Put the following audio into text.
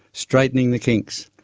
straightening the kinks.